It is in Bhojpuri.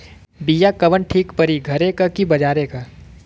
बिया कवन ठीक परी घरे क की बजारे क?